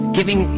Giving